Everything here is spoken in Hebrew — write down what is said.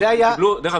דרך אגב,